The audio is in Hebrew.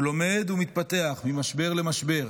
הוא לומד ומתפתח ממשבר למשבר.